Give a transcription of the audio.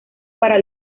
para